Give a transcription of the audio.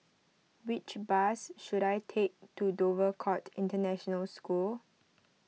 which bus should I take to Dover Court International School